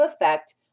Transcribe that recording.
effect